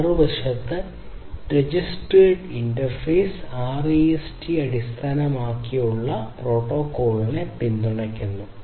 മറുവശത്ത് registration interface REST അടിസ്ഥാനമാക്കിയുള്ള പ്രോട്ടോക്കോളിനെ പിന്തുണയ്ക്കുന്നു